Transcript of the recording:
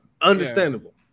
understandable